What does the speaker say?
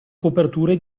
coperture